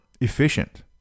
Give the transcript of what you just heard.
efficient